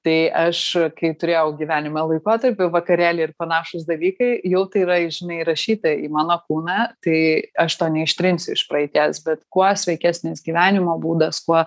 tai aš kai turėjau gyvenime laikotarpių vakarėliai ir panašūs dalykai jau yra žinai įrašyta į mano kūną tai aš to neištrinsiu iš praeities bet kuo sveikesnis gyvenimo būdas kuo